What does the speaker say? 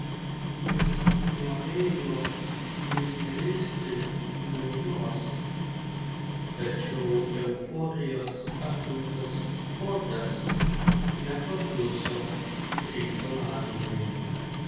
jis norėjo nusiristi nuo jos tačiau euforijos apimtas protas nepakluso reikalavimui